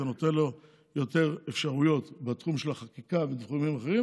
זה נותן לו יותר אפשרויות בתחום של החקיקה ובתחומים אחרים,